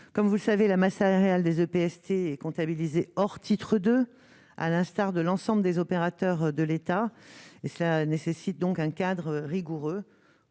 comme vous le savez, la masse salariale des oeufs PST comptabilisés or titre de à l'instar de l'ensemble des opérateurs de l'État et cela nécessite donc un cadre rigoureux